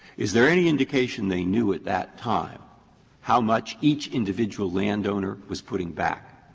is there any indication they knew at that time how much each individual landowner was putting back?